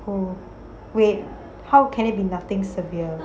oh wait how can it be nothing severe